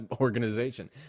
organization